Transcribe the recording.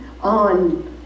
on